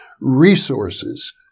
resources